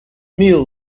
meal